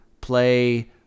play